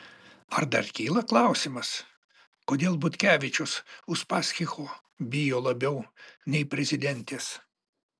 ar dar kyla klausimas kodėl butkevičius uspaskicho bijo labiau nei prezidentės